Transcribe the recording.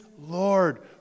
Lord